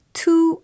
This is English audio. two